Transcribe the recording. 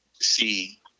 see